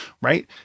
right